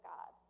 God